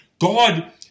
God